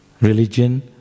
Religion